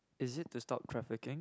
is it to stop trafficking